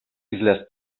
islas